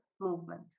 movement